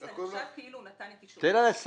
נחשב כאילו הוא נתן את אישורו.